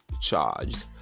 charged